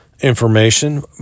information